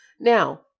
Now